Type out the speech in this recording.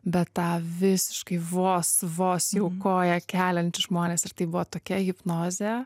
bet tą visiškai vos vos jau koją keliantys žmonės ir tai buvo tokia hipnozė